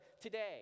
today